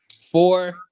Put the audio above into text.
Four